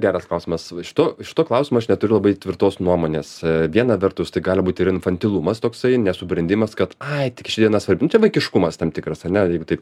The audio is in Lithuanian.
geras klausimas va šituo šituo klausimu aš neturiu labai tvirtos nuomonės viena vertus tai gali būt ir infantilumas toksai nesubrendimas kad ai tik ši diena svarbi nu čia vaikiškumas tam tikras ar ne jeigu taip